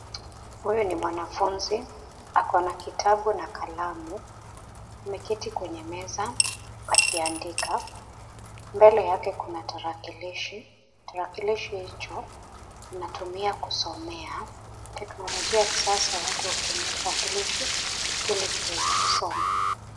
Huyu ni mwanafunzi ako na kitabu na kalamu, ameketi kwenye meza akiandika, mbele yake kuna tarakilishi. Tarakilishi hicho anatumia kusomea. Teknologia ya kisasa watu hutumia tarakilishi ili kuweza kusoma.